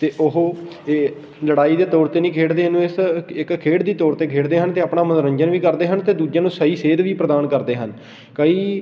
ਅਤੇ ਉਹ ਇਹ ਲੜਾਈ ਦੇ ਤੌਰ 'ਤੇ ਨਹੀਂ ਖੇਡਦੇ ਇਹਨੂੰ ਇਸ ਇੱਕ ਖੇਡ ਦੀ ਤੌਰ 'ਤੇ ਖੇਡਦੇ ਹਨ ਅਤੇ ਆਪਣਾ ਮਨੋਰੰਜਨ ਵੀ ਕਰਦੇ ਹਨ ਅਤੇ ਦੂਜਿਆਂ ਨੂੰ ਸਹੀ ਸੇਧ ਵੀ ਪ੍ਰਦਾਨ ਕਰਦੇ ਹਨ ਕਈ